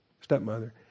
stepmother